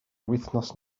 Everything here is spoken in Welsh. wythnos